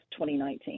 2019